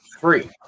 free